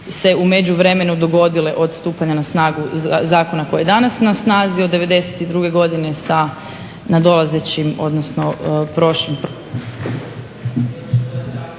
se u međuvremenu dogodile od stupanja na snagu zakona koji je danas na snazi od '92. godine sa nadolazećim, odnosno …/Govornica